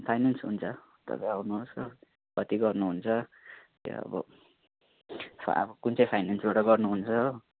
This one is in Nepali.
फाइनेन्स हुन्छ तपाईँ आउनुहोस् हो कति गर्नुहुन्छ त्यो अब अब कुन चाहिँ फाइनेन्सबाट गर्नुहुन्छ हो